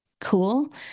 cool